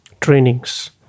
trainings